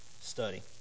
study